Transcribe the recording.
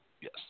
Yes